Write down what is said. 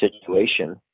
situation